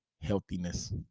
healthiness